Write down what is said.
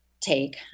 take